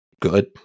good